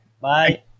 Bye